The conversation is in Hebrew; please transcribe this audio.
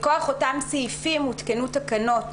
מכח אותם סעיפים הותקנו תקנות